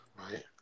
Right